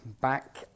back